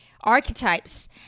archetypes